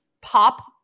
pop